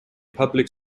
public